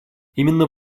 именно